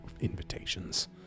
invitations